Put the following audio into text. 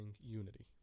unity